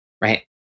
right